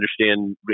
understand